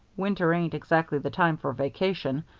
winter ain't exactly the time for a vacation,